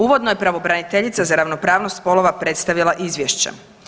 Uvodno je pravobraniteljica za ravnopravnost spolova predstavila izvješća.